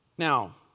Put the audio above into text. Now